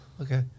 Okay